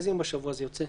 איזה יום בשבוע זה יוצא?